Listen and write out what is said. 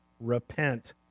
repent